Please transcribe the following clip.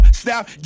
stop